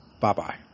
Bye-bye